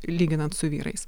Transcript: lyginant su vyrais